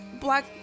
black